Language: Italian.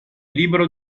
libero